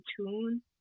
tune